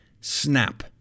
snap